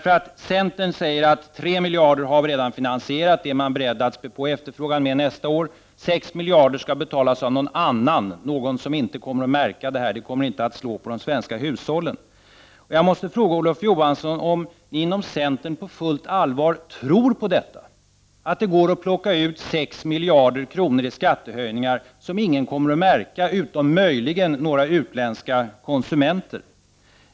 Centern säger att man redan har finansierat 3 miljarder. Det är man beredd att spä på efterfrågan med nästa år. 6 miljarder skall betalas av någon annan, någon som inte kommer att märka detta. Det kommer inte att slå på de svenska hushållen. Jag måste fråga Olof Johansson om ni inom centern på fullt allvar tror på detta, att det går att plocka ut 6 miljarder kronor i skattehöjningar som ingen kommer att märka, utom möjligen några utländska konsumenter.